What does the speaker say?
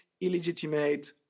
illegitimate